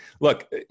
look